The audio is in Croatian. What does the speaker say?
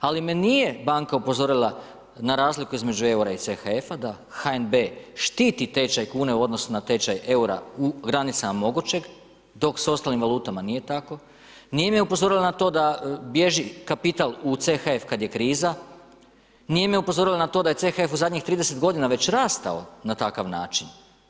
Ali me nije banka upozorila na razliku između eura i CHF-a, da HNB štiti tečaj kune u odnosu na tečaj eura u granicama mogućeg dok sa ostalim valutama nije tako, nije me upozorila na to da bježi kapital u CHF kad je kriza, nije me upozorila na to da je CHF u zadnjih 30 godina već rastao na takav način.